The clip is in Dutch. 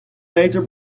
meter